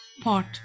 pot